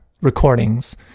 recordings